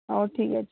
ହଉ ଠିକ୍ ଅଛି